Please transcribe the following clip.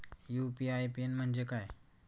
UPI PIN म्हणजे काय?